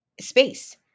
space